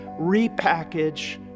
repackage